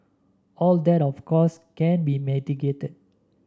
all that of course can be mitigated